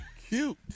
Cute